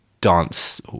dance